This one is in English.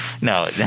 No